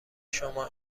شما